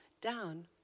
down